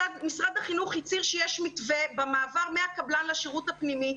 משרד החינוך הצהיר שיש מתווה במעבר מהקבלן לשירות הפנימי.